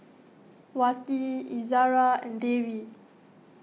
Wati Izara and Dewi